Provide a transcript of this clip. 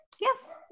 Yes